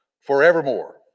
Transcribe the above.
forevermore